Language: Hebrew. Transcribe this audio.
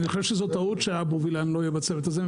אני חושב שזו טעות שאבשלום וילן לא יהיה בצוות הזה,